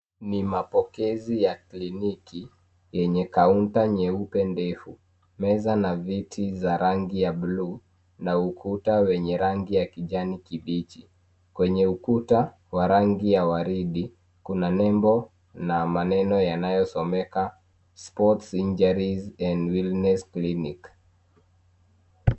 Ni mapokezi ya kliniki yenye kaunta nyeupe ndefu, meza na viti za rangi ya bluu na ukuta wenye rangi ya kijani kibichi. Kwenye ukuta wa rangi ya waridi kuna nembo na maneno yanayosomeka Sports Injuries and Wellness Clinic.